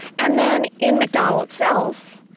and then in mcdonnell itself,